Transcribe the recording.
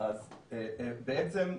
אז נעשה סדר טוב שאמרתם,